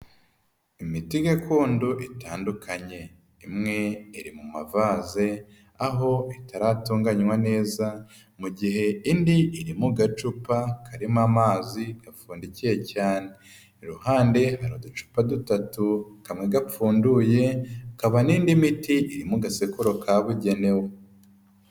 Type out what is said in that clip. Imiti gakondo itandukanye imwe iri mu mavaze aho itaratunganywa neza, mu gihe indi iri mu gacupa karimo amazi gapfundikiye cyane, iruhande hari uducupa dutatu kamwe gapfunduye hakaba n'indi miti iri mu gasekuru kabugenewe.